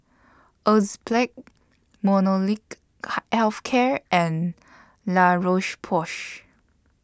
Enzyplex Molnylcke Health Care and La Roche Porsay